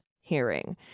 hearing